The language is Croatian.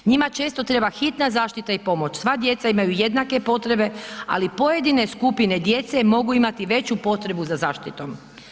Njima često treba hitna zaštita i pomoć, sva djeca imaju jednake potrebe, ali pojedine skupine djece mogu imati veću potrebu za zaštitom.